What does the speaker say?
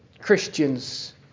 Christians